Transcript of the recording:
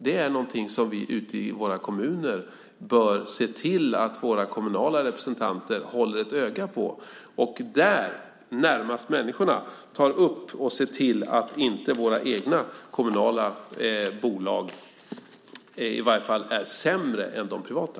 Det bör vi se till ute i våra kommuner att våra kommunala representanter håller ett öga på och där, närmast människorna, tar upp och ser till att våra egna kommunala bolag i varje fall inte är sämre än de privata.